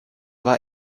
war